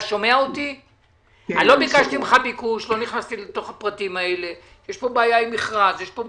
להקים מקומות עבודה לעובדים האלה יהיה מאוד